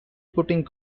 putting